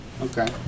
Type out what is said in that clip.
okay